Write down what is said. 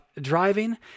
driving